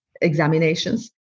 examinations